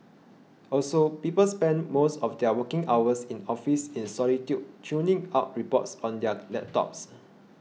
also people spend most of their working hours in office in solitude churning out reports on their laptops